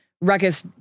Ruckus